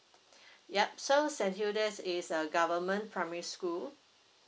yup so saint hilda's is a government primary school